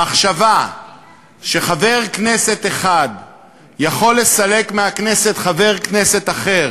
המחשבה שחבר כנסת אחד יכול לסלק מהכנסת חבר כנסת אחר